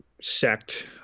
sect